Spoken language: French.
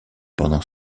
pendant